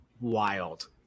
wild